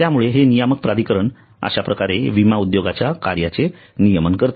त्यामुळे हे नियामक प्राधिकरण अश्याप्रकारे विमा उद्योगाच्या कार्याचे नियमन करते